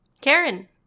karen